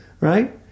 Right